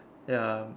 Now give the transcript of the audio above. ya